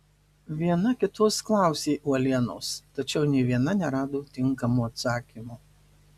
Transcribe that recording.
viena kitos klausė uolienos tačiau nė viena nerado tinkamo atsakymo